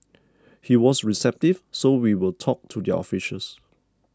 he was receptive so we will talk to their officials